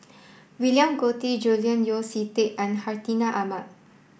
William Goode Julian Yeo See Teck and Hartinah Ahmad